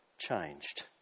changed